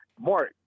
Mark